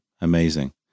amazing